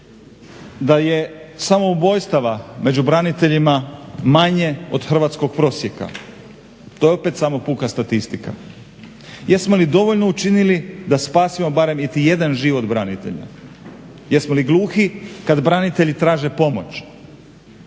da je samoubojstava među braniteljima manje od hrvatskog prosjeka. To je opet samo puka statistika. Jesmo li dovoljno učinili da spasimo barem iti jedan život branitelja, jesmo li gluhi kad branitelji traže pomoć.